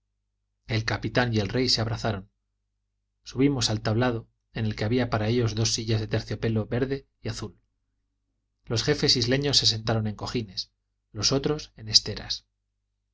el capitán y el rey se abrazaron subimos al tablado en el que había para ellos dos sillas de terciopelo verde y azul los jefes isleños se sentaron en cojines y los otros en esteras